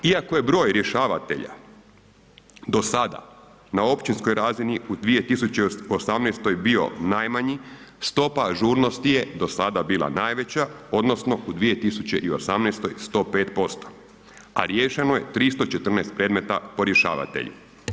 Iako je broj rješavateja do sada na općinskoj razini u 2018. bio najmanji, stopa ažurnosti je do sada bila najveća odnosno u 2018. 105%, a riješeno je 314 predmeta po rješavatelju.